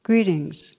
Greetings